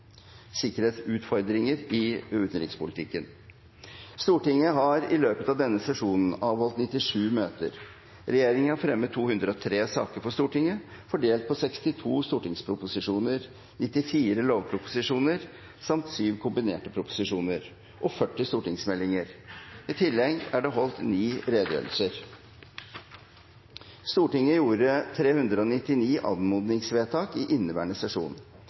sikkerhetsutfordringer i utenrikspolitikken. Stortinget har i løpet av denne sesjonen avholdt 97 møter. Regjeringen har fremmet 203 saker for Stortinget, fordelt på 62 stortingsproposisjoner, 94 lovproposisjoner samt 7 kombinerte proposisjoner og 40 stortingsmeldinger. I tillegg er det holdt ni redegjørelser. Stortinget gjorde 399 anmodningsvedtak i inneværende sesjon. Det er ca. 200 flere enn i forrige sesjon.